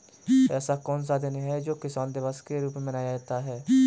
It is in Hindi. ऐसा कौन सा दिन है जो किसान दिवस के रूप में मनाया जाता है?